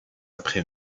après